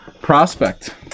prospect